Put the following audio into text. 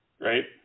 right